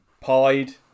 pied